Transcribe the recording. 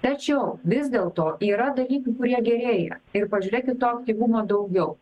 tačiau vis dėlto yra dalykų kurie gerėja ir pažiūrėkit to aktyvumo daugiau